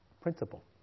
principle